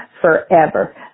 forever